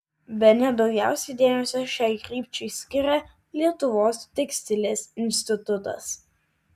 bene daugiausiai dėmesio šiai krypčiai skiria lietuvos tekstilės institutas